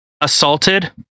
assaulted